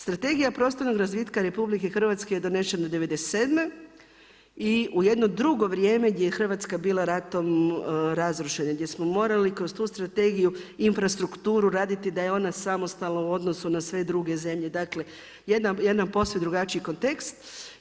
Strategija prostornog razvitka RH je donesena '97. i u jedno drugo vrijeme gdje je Hrvatska bila ratom razrušena, gdje smo morali kroz tu Strategiju, infrastrukturu raditi da je ona samostalna u odnosu na sve druge zemlje, dakle jedan posve drugačiji kontekst.